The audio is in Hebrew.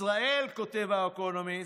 ישראל, כותב האקונומיסט,